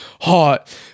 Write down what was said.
Hot